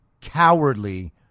cowardly